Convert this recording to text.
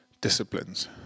disciplines